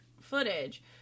footage